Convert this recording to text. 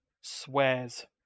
swears